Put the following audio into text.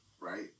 right